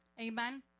Amen